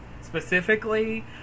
Specifically